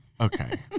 Okay